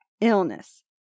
illness